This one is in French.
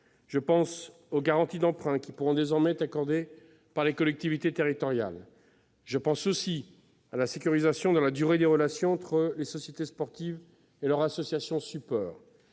Ainsi, des garanties d'emprunt pourront désormais être accordées par les collectivités territoriales. On peut également mentionner la sécurisation dans la durée des relations entre les sociétés sportives et leurs associations-supports.